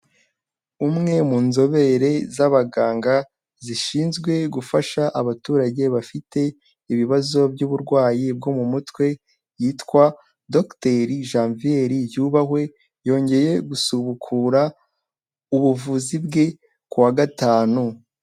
Umwe mu nzobere z'abaganga zishinzwe gufasha abaturage bafite ibibazo by'uburwayi bwo mu mutwe, yitwa Docteur Janviere Yubahwe, yongeye gusubukura ubuvuzi bwe ku wa Gatanu.